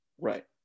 right